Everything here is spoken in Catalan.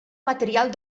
material